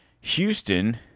Houston